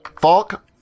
Falk